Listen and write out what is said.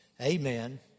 Amen